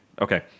Okay